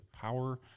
power